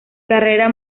carrera